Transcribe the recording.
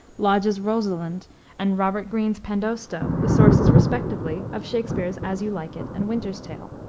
lodge's rosalind and robert greene's pandosto, the sources respectively of shakspere's as you like it and winter's tale,